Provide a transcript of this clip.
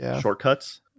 shortcuts